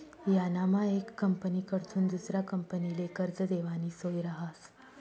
यानामा येक कंपनीकडथून दुसरा कंपनीले कर्ज देवानी सोय रहास